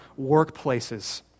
workplaces